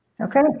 okay